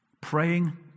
praying